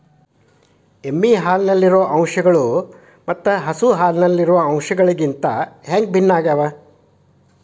ಎಮ್ಮೆ ಹಾಲಿನಲ್ಲಿರುವ ಅಂಶಗಳು ಮತ್ತ ಹಸು ಹಾಲಿನಲ್ಲಿರುವ ಅಂಶಗಳಿಗಿಂತ ಹ್ಯಾಂಗ ಭಿನ್ನವಾಗಿವೆ?